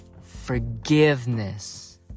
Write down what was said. forgiveness